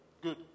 Good